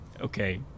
okay